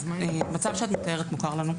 המצב שאת מתארת אותו מוכר לנו.